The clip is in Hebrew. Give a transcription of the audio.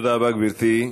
תודה רבה, גברתי.